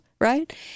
right